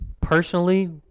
personally